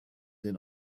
den